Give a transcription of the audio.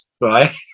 right